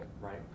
Right